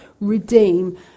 redeem